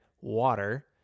water